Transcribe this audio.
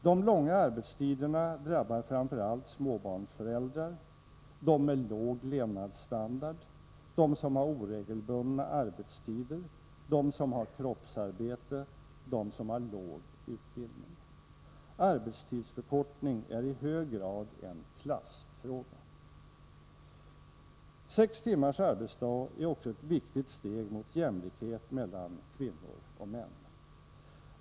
De långa arbetstiderna drabbar framför allt småbarnsföräldrar, de med låg levnadsstandard, de som har oregelbundna arbetstider, de som har kroppsarbete, de som har låg utbildning. Arbetstidsförkortning är i hög grad en klassfråga. Sex timmars arbetsdag är också ett viktigt steg mot jämlikhet mellan kvinnor och män.